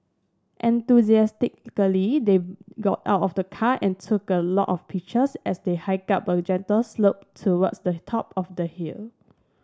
enthusiastically they got out of the car and took a lot of pictures as they hiked up a gentle slope towards the top of the hill